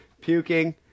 puking